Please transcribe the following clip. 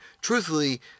truthfully